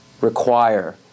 require